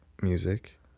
music